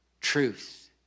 truth